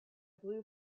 blue